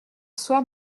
soir